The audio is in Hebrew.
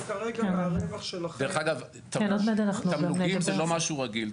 דרך אגב, תמלוגים זה לא משהו רגיל.